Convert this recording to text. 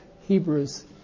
Hebrews